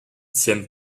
tiennent